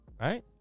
Right